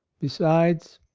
besides,